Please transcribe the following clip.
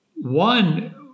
One